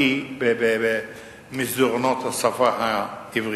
בקי במסדרונות השפה העברית.